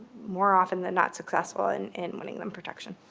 more often than not, successful and in winning them protection.